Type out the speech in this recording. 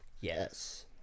yes